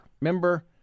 Remember